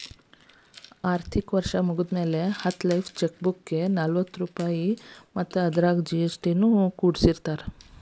ಆರ್ಥಿಕ ವರ್ಷ್ ಮುಗ್ದ್ಮ್ಯಾಲೆ ಹತ್ತ ಲೇಫ್ ಚೆಕ್ ಬುಕ್ಗೆ ನಲವತ್ತ ರೂಪಾಯ್ ಮತ್ತ ಅದರಾಗ ಜಿ.ಎಸ್.ಟಿ ನು ಕೂಡಸಿರತಾರ